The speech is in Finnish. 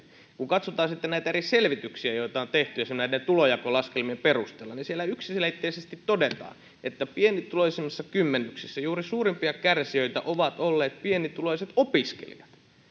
kun katsotaan näitä eri selvityksiä joita on tehty esimerkiksi näiden tulonjakolaskelmien perusteella niin siellä yksiselitteisesti todetaan että pienituloisimmissa kymmenyksissä juuri suurimpia kärsijöitä ovat olleet pienituloiset opiskelijat